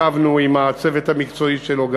ישבנו גם עם הצוות המקצועי שלו,